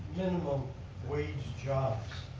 minimum wage jobs.